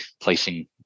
placing